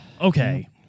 okay